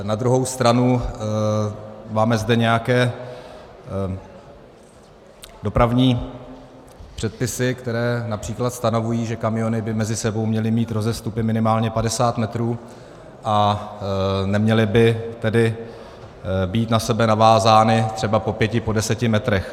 Na druhou stranu máme zde nějaké dopravní předpisy, které například stanovují, že kamiony by mezi sebou měly mít rozestupy minimálně padesát metrů a neměly by tedy být na sebe navázány třeba po pěti, po deseti metrech.